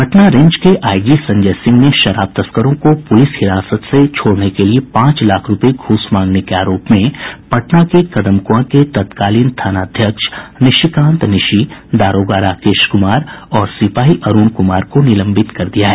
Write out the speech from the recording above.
Patna range के IG Sanjay Singh ने शराब तस्करों को पुलिस हिरासत से छोड़ने के लिए पांच लाख रूपये घूस मांगने के आरोप में पटना के कदमकुआं के तत्कालीन थानाध्यक्ष निशिकांत निशी दारोगा राकेश क्मार और सिपाही अरूण क्मार को निलंबित कर दिया है